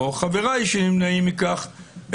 או חבריי שנמנעים מכך,